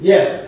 Yes